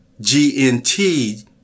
GNT